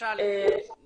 למשל גם